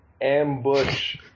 Ambush